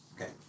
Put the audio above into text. Okay